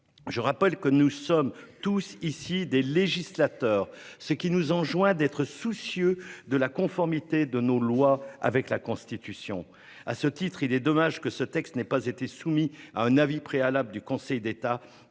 Je rappelle que nous sommes tous ici des législateurs. Ce qui nous enjoint d'être soucieux de la conformité de nos lois avec la Constitution. À ce titre, il est dommage que ce texte n'ait pas été soumis à un avis préalable du Conseil d'État